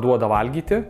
duoda valgyti